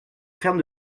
ferme